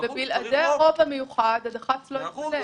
בלעדי הרוב המיוחד הדח"צ לא ימונה.